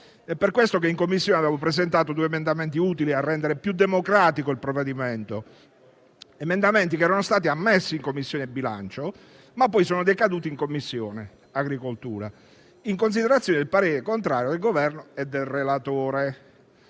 È per questo che in Commissione avevo presentato due emendamenti utili a rendere più democratico il provvedimento. Gli emendamenti, ammessi in Commissione bilancio, sono decaduti poi in Commissione agricoltura, in considerazione del parere contrario del Governo e del relatore.